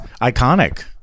Iconic